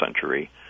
century